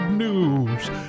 News